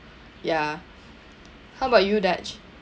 ya how about you dach